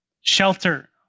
shelter